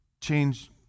change